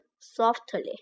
softly